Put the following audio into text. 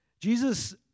Jesus